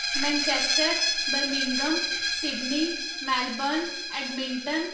Manchester Birmingham Sydney Melbourne Edmonton